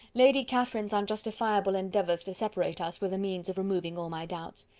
lady catherine's unjustifiable endeavours to separate us were the means of removing all my doubts.